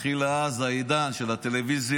התחיל אז העידן של הטלוויזיה,